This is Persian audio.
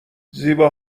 زیبا